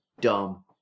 dumb